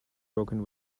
broken